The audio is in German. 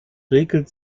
räkelt